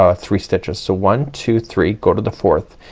ah three stitches. so one, two, three, go to the fourth.